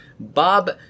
Bob